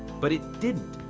but it didn't.